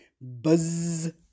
Buzz